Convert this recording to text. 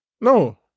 No